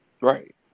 Right